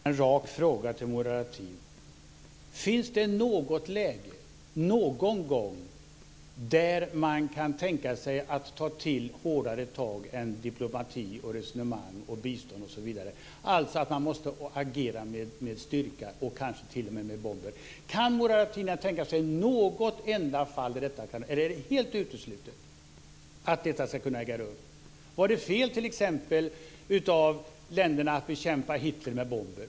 Fru talman! Jag ska ställa en rak fråga till Murad Artin: Finns det någon gång ett läge där man kan tänka sig att ta till hårdare tag än diplomati, resonemang, bistånd osv., dvs. att man måste agera med styrka och kanske t.o.m. med bomber? Kan Murad Artin tänka sig något enda sådant fall, eller är det helt uteslutet att detta ska kunna äga rum? Var det t.ex. fel av länderna att bekämpa Hitler med bomber?